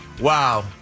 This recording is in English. Wow